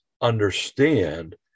understand